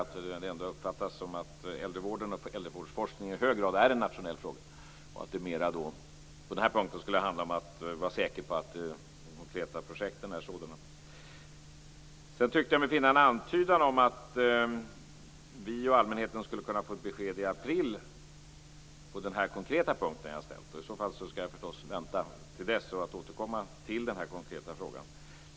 Men jag uppfattade att socialministern anser att äldrevård och äldrevårdsforskning i hög grad är en nationell fråga och att det på denna punkt mer handlar om att man skall vara säker på att de konkreta projekten är sådana. Sedan tyckte jag mig finna en antydan om att vi och allmänheten skulle kunna få ett besked i april på denna konkreta punkt. I så fall skall jag förstås vänta till dess och återkomma till den.